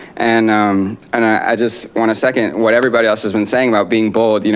and um and i just want to second what everybody else has been saying about being bold. you know,